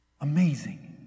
Amazing